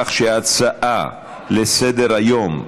שההצעה לסדר-היום בנושא: